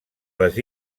les